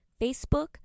Facebook